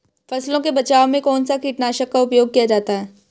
फसलों के बचाव में कौनसा कीटनाशक का उपयोग किया जाता है?